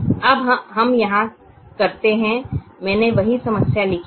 अब हम यहाँ करते हैं मैंने वही समस्या लिखी है